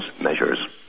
measures